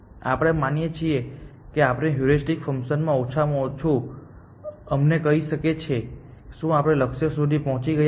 આપણે માનીએ છીએ કે આપણું હ્યુરિસ્ટિક ફંકશન ઓછામાં ઓછું અમને કહી શકે છે કે શું આપણે લક્ષ્ય સુધી પહોંચી ગયા છીએ